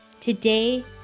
Today